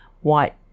white